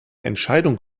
entscheidung